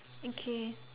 okay